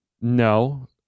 No